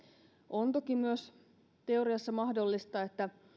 on toki myös teoriassa mahdollista että